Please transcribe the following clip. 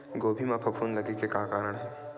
गोभी म फफूंद लगे के का कारण हे?